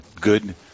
Good